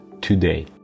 today